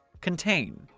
Contain